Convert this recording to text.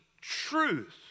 truth